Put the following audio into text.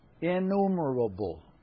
Innumerable